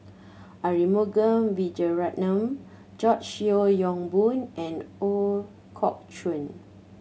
Arumugam Vijiaratnam George Yeo Yong Boon and Ooi Kok Chuen